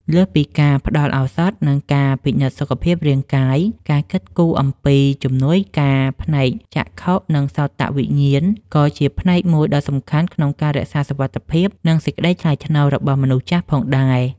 លើសពីការផ្ដល់ឱសថ និងការពិនិត្យសុខភាពរាងកាយ ការគិតគូរអំពី ជំនួយការផ្នែកចក្ខុ និងសោតវិញ្ញាណ ក៏ជាផ្នែកមួយដ៏សំខាន់ក្នុងការរក្សាសុវត្ថិភាព និងសេចក្តីថ្លៃថ្នូររបស់មនុស្សចាស់ផងដែរ។